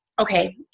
okay